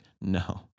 No